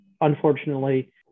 unfortunately